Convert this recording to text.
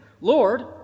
Lord